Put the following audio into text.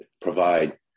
provide